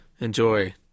Enjoy